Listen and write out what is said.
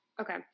Okay